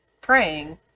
praying